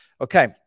okay